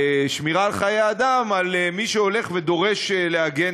השמירה על חיי אדם על מי שהולך ודורש להגן